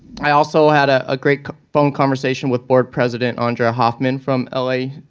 i also had ah a great phone conversation with board president andrea hofman from l a.